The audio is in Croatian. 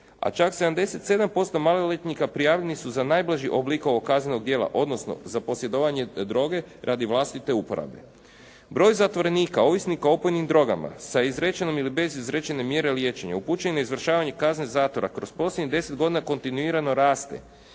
a čak 77% maloljetnika prijavljeni su za najblaži oblik ovog kaznenog djela, odnosno za posjedovanje droge radi vlastite uporabe. Broj zatvorenika ovisnika o opojnim drogama sa izrečenom ili bez izrečene mjere liječenja upućen je na izvršavanje kazne zatvora kroz posljednjih 10 godina kontinuirano raste,